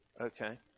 Okay